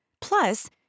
Plus